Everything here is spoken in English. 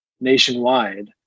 nationwide